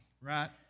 Right